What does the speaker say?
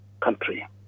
country